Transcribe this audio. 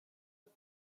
are